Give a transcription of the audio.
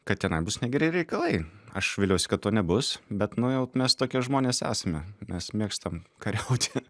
kad tenai bus negeri reikalai aš viliuosi kad to nebus bet nu jau mes tokie žmonės esame mes mėgstam kariauti